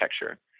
architecture